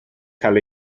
cael